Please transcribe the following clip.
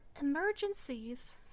emergencies